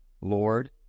Lord